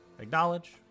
Acknowledge